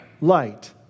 light